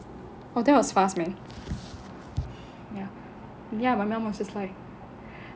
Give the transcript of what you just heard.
oh !wah! that was fast man ya my mum was just like